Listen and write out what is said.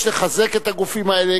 יש לחזק את הגופים האלה,